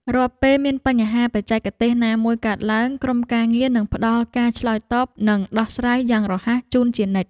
រាល់ពេលមានបញ្ហាបច្ចេកទេសណាមួយកើតឡើង ក្រុមការងារនឹងផ្តល់ការឆ្លើយតបនិងដោះស្រាយយ៉ាងរហ័សជូនជានិច្ច។